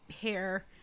hair